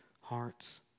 hearts